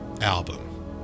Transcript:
album